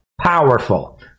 powerful